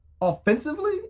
Offensively